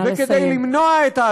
נא לסיים.